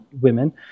women